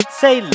say